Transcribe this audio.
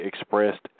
expressed